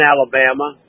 Alabama